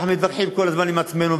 אנחנו מתווכחים כל הזמן עם עצמנו,